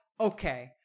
okay